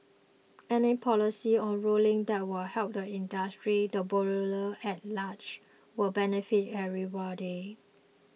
any policy or ruling that will help the industry the borrower at large will benefit everybody